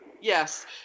Yes